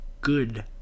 Good